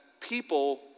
People